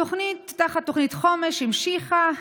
התוכנית תחת תוכנית החומש נמשכה,